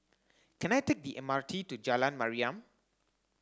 can I take the M R T to Jalan Mariam